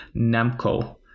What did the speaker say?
Namco